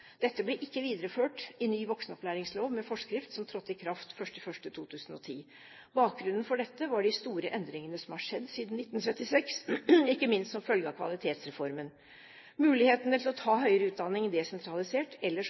Dette ble ikke videreført i ny voksenopplæringslov med forskrift som trådte i kraft 1. januar 2010. Bakgrunnen for dette var de store endringene som har skjedd siden 1976, ikke minst som følge av Kvalitetsreformen. Mulighetene til å ta høyere utdanning desentralisert